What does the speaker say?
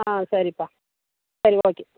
ஆ சரிப்பா சரி ஓகே